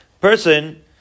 Person